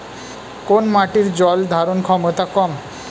কোন মাটির জল ধারণ ক্ষমতা কম?